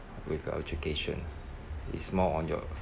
with your education it's more on your